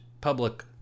public